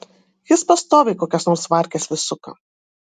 jis pastoviai kokias nors varkes vis suka